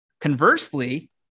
Conversely